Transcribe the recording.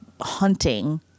hunting